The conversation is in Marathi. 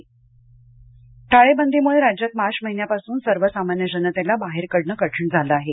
डफडे बजाव टाळेबंदी मुळे राज्यात मार्च महिन्यापासून सर्वसामान्य जनतेला बाहेर पडणं कठीण झालं आहे